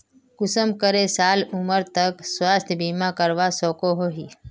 कुंसम करे साल उमर तक स्वास्थ्य बीमा करवा सकोहो ही?